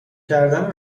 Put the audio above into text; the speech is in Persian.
کردن